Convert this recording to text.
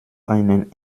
einen